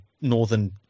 northern